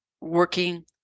working